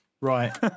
right